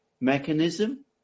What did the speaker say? mechanism